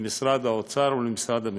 למשרד האוצר ולמשרד המשפטים,